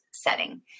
setting